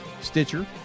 stitcher